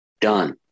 Done